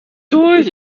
durch